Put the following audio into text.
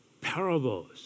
parables